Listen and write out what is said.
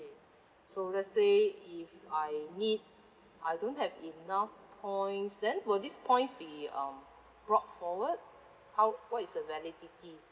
so let's say if I need I don't have enough points then will these points be um brought forward how what is the validity